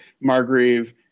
Margrave